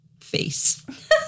face